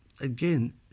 again